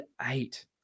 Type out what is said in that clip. eight